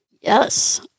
Yes